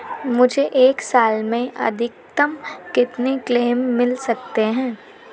मुझे एक साल में अधिकतम कितने क्लेम मिल सकते हैं?